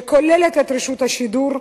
שכוללת את רשות השידור,